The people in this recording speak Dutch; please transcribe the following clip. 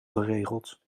geregeld